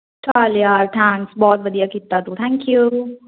ਚੱਲ ਯਾਰ ਥੈਂਕਸ ਬਹੁਤ ਵਧੀਆ ਕੀਤਾ ਤੂੰ ਥੈਂਕ ਯੂ